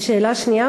ושאלה שנייה,